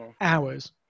hours